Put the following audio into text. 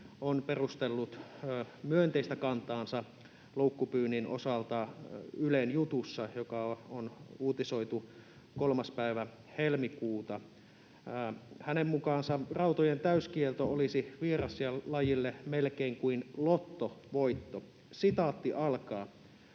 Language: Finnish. on perustellut myönteistä kantaansa loukkupyynnin osalta Ylen jutussa, joka on uutisoitu 3. päivä helmikuuta. Hänen mukaansa rautojen täyskielto olisi vieraslajille melkein kuin lottovoitto. ”Ainakin